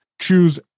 choose